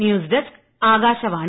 news desk Akashvani